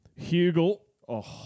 Hugel